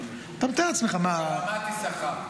ברמת יששכר.